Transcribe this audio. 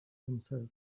himself